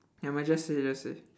never mind just say just say